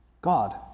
God